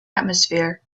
atmosphere